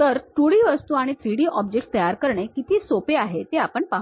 तर 2D वस्तू आणि 3D ऑब्जेक्ट्स तयार करणे किती सोपे आहे ते आपण पाहू